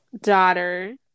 daughter